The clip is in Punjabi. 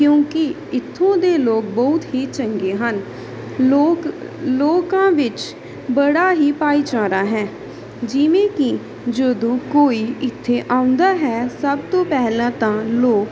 ਕਿਉਂਕਿ ਇੱਥੋਂ ਦੇ ਲੋਕ ਬਹੁਤ ਹੀ ਚੰਗੇ ਹਨ ਲੋਕ ਲੋਕਾਂ ਵਿੱਚ ਬੜਾ ਹੀ ਭਾਈਚਾਰਾ ਹੈ ਜਿਵੇਂ ਕਿ ਜਦੋਂ ਕੋਈ ਇੱਥੇ ਆਉਂਦਾ ਹੈ ਸਭ ਤੋਂ ਪਹਿਲਾਂ ਤਾਂ ਲੋਕ